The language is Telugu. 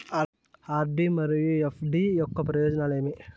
ఆర్.డి మరియు ఎఫ్.డి యొక్క ఉపయోగాలు ఏమి?